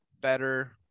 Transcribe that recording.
better